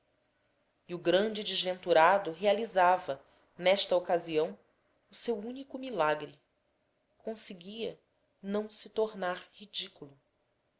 e o grande desventurado realizava nesta ocasião o seu único milagre conseguia não se tornar ridículo